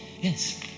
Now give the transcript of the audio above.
yes